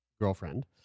girlfriend